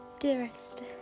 Dearest